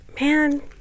man